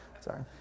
Sorry